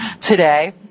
today